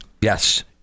Yes